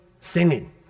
singing